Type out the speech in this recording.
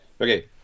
Okay